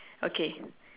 okay